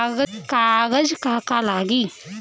कागज का का लागी?